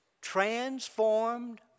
transformed